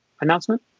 Announcement